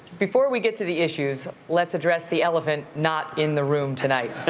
before we get to the issues, let's address the elephant not in the room tonight.